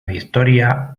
victoria